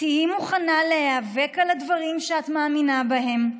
תהיי מוכנה להיאבק על הדברים שאת מאמינה בהם,